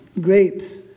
grapes